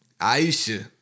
Aisha